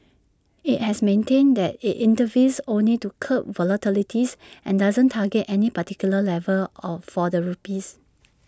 IT has maintained that IT intervenes only to curb volatility's and doesn't target any particular level of for the rupee